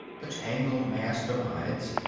the tangled mass divides,